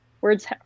words